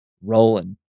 rolling